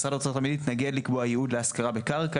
משרד האוצר תמיד התנגד לקבוע ייעוד של השכרה בקרקע,